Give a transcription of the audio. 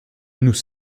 nous